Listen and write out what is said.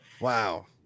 Wow